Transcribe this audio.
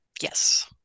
Yes